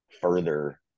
further